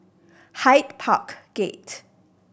Hyde Park Gate